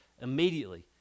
immediately